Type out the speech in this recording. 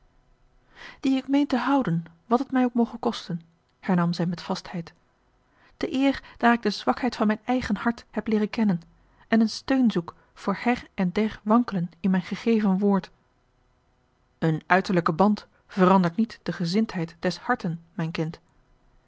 die ik meen te houden wat het mij ook moge kosten hernam zij met vastheid te eer daar ik de zwakheid van mijn eigen hart heb leeren kennen en een steun zoek voor her en der wankelen in mijn gegeven woord een uiterlijke band verandert niet de gezindheid des harten mijn kind